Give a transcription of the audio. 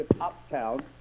uptown